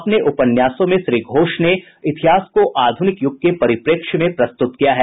अपने उपन्यासों में श्री घोष ने इतिहास को आधुनिक युग के परिप्रेक्ष्य में प्रस्तुत किया है